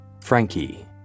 Frankie